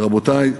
רבותי,